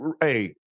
Hey